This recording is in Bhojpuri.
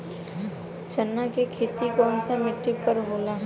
चन्ना के खेती कौन सा मिट्टी पर होला?